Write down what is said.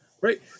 Right